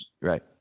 Right